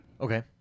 Okay